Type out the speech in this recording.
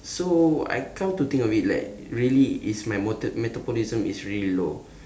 so I come to think of it like really is my meta~ metabolism is really low